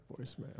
voicemail